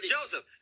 Joseph